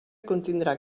contindrà